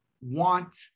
want